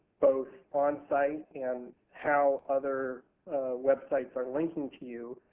both on-site and how other websites are linking to you